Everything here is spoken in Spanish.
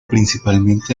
principalmente